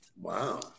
Wow